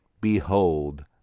Behold